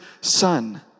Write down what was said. son